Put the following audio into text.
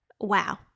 wow